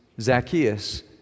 Zacchaeus